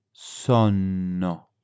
Sonno